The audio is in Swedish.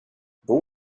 bor